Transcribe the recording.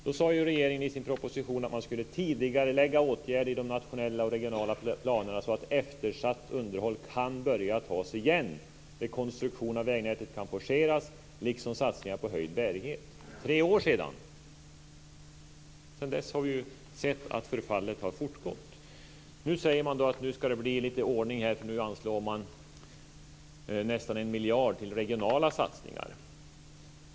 Då sade regeringen i sin proposition att man skulle tidigarelägga åtgärder i de nationella och regionala planerna så att eftersatt underhåll kan börja tas igen, rekonstruktion av vägnätet kan forceras liksom satsningar på höjd bärighet. Det är tre år sedan. Sedan dess har vi sett att förfallet har fortgått. Nu säger man att det ska bli lite ordning eftersom man anslår nästan 1 miljard till regionala satsningar.